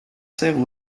sert